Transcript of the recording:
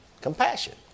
Compassion